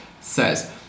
says